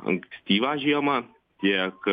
ankstyvą žiemą tiek